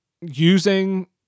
using